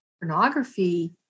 Pornography